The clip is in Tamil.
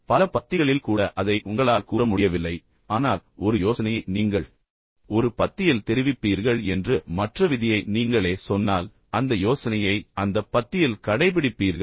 மற்றும் பல பத்திகளில் கூட அதை உங்களால் தெரிவிக்க முடியவில்லை ஆனால் ஒரு யோசனையை நீங்கள் ஒரு பத்தியில் தெரிவிப்பீர்கள் என்று மற்ற விதியை நீங்களே சொன்னால் அந்த யோசனையை அந்த பத்தியில் கடைபிடிப்பீர்கள்